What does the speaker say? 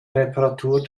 reparatur